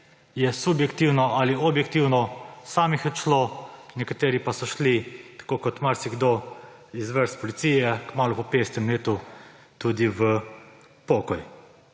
je subjektivno ali objektivno samih odšlo, nekateri pa so šli, tako kot marsikdo iz vrst policije, kmalu po 50. letu tudi v pokoj.